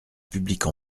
publique